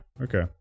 okay